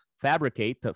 fabricate